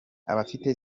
abafite